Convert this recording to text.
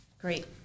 great